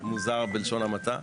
מוזר בלשון המעטה.